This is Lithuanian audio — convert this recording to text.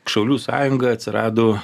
šaulių sąjunga atsirado